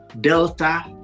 delta